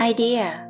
Idea